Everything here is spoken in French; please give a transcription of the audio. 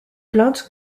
plainte